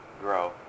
grow